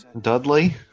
Dudley